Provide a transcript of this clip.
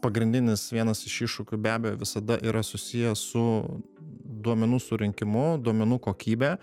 pagrindinis vienas iš iššūkių be abejo visada yra susijęs su duomenų surinkimu duomenų kokybe